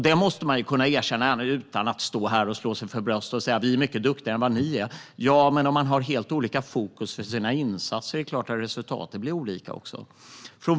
Det måste man kunna erkänna även utan att stå här och slå sig för bröstet och säga: "Vi är mycket duktigare än ni är." Ja, men om man har helt olika fokus i sina insatser är det klart att resultaten också blir olika.